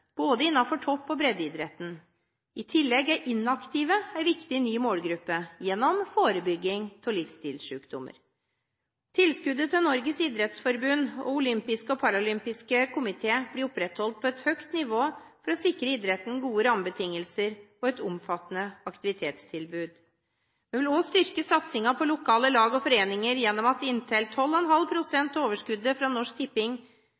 både innenfor topp- og breddeidretten. I tillegg er inaktive en viktig, ny målgruppe, gjennom forebygging av livsstilsykdommer. Tilskuddet til Norges idrettsforbund og olympiske og paralympiske komité blir opprettholdt på et høyt nivå for å sikre idretten gode rammebetingelser og et omfattende aktivitetstilbud. Vi vil også styrke satsingen på lokale lag og foreninger gjennom at inntil 12,5 pst. av overskuddet fra Norsk Tipping